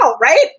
right